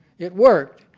it worked.